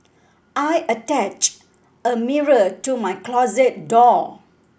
I attached a mirror to my closet door